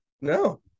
no